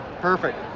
Perfect